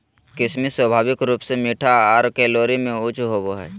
किशमिश स्वाभाविक रूप से मीठा आर कैलोरी में उच्च होवो हय